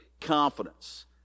confidence